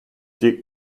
dick